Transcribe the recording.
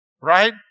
right